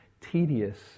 tedious